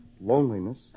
loneliness